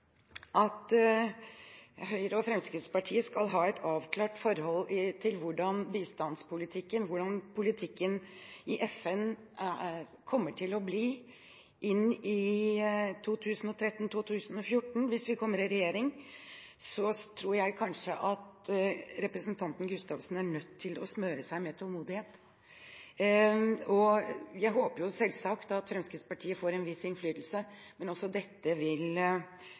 at Høyre og Fremskrittspartiet skal ha et avklart forhold til hvordan bistandspolitikken og hvordan politikken i FN kommer til å bli i 2013/2014, hvis vi kommer i regjering, tror jeg kanskje at representanten Gustavsen er nødt til å smøre seg med tålmodighet. Jeg håper selvsagt at Fremskrittspartiet får en viss innflytelse, men